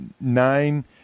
nine –